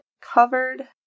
covered